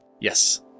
Yes